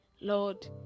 lord